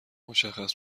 مشخص